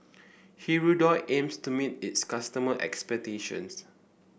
Hirudoid aims to meet its customers' expectations